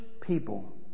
people